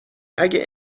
اگه